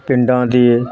ਪਿੰਡਾਂ ਦੀ